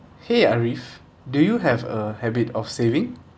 !hey! arif do you have a habit of saving